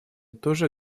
тоже